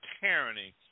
tyranny